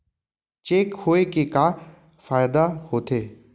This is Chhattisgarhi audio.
चेक होए के का फाइदा होथे?